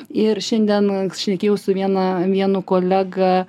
ir šiandien šnekėjau su viena vienu kolega